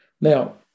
Now